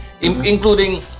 Including